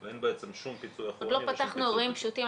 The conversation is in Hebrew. ואין שום פיצוי אחורי --- עוד לא פתחנו אירועים פשוטים,